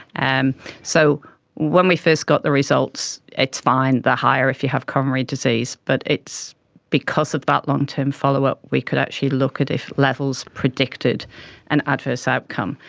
and so when we first got the results, it's fine, they're higher if you have coronary disease, but it's because of that long-term follow-up we could actually look at if levels predicted an adverse outcome.